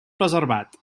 preservat